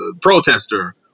protester